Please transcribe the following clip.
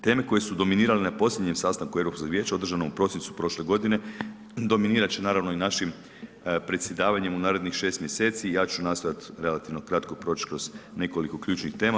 Teme koje su dominirale na posljednjem sastanku Europskog vijeća održanog u prosincu prošle godine dominirat će naravno i našim predsjedavanjem u narednih šest mjeseci i ja ću nastojati relativno kratko proć kroz nekoliko ključnih tema.